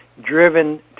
driven